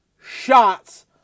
shots